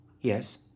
Yes